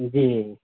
जी